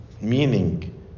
meaning